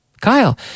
Kyle